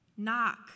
knock